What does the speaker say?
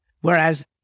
whereas